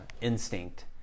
instinct